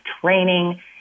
training